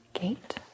gate